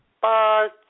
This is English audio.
Bye